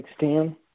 16